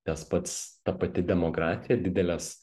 tas pats ta pati demografija didelės